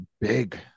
big